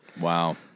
Wow